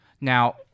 Now